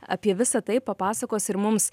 apie visa tai papasakos ir mums